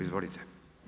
Izvolite.